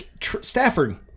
Stafford